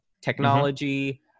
technology